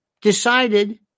decided